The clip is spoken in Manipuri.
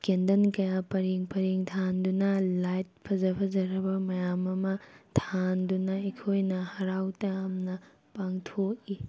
ꯀꯦꯟꯗꯜ ꯀꯌꯥ ꯄꯔꯦꯡ ꯄꯔꯦꯡ ꯊꯥꯟꯗꯨꯅ ꯂꯥꯏꯠ ꯐꯖ ꯐꯖꯔꯕ ꯃꯌꯥꯝ ꯑꯃ ꯊꯥꯟꯗꯨꯅ ꯑꯩꯈꯣꯏꯅ ꯍꯔꯥꯎ ꯇꯌꯥꯝꯅ ꯄꯥꯡꯊꯣꯛꯏ